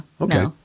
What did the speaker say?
Okay